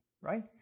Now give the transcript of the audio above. right